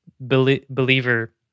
believer